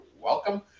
welcome